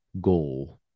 goal